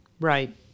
right